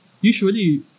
usually